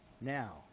Now